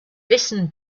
listened